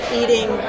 eating